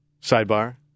Sidebar